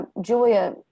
Julia